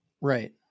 Right